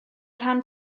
rhan